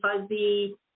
fuzzy